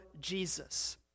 Jesus